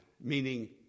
meaning